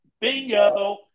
Bingo